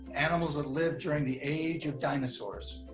animals that live during the age of dinosaurs.